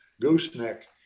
gooseneck